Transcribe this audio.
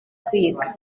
kwiga